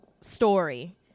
story